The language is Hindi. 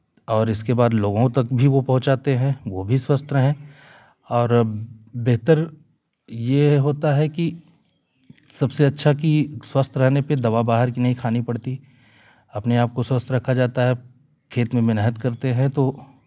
और इसके बाद लोगों तक भी वो पहुँचाते हैं वो भी स्वस्थ रहें और अब बेहतर ये होता है कि सबसे अच्छा की स्वस्थ रहने पे दवा बाहर की नहीं खानी पड़ती अपने आपको स्वस्थ रखा जाता है खेत में मेहनत करते हैं तो